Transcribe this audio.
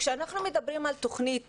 כשאנחנו מדברים על תוכנית